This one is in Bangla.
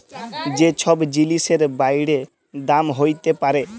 যে ছব জিলিসের বাইড়ে দাম হ্যইতে পারে